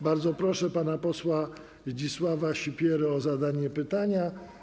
Bardzo proszę pana posła Zdzisława Sipierę o zadanie pytania.